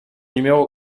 numéro